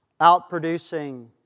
outproducing